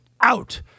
out